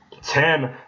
Ten